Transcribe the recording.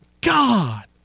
God